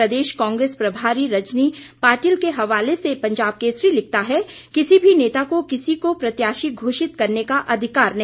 प्रदेश कांग्रेस प्रभारी रंजनी पाटिल के हवाले से पंजाब केसरी लिखता है किसी भी नेता को किसी को प्रत्याशी घोषित करने का अधिकार नहीं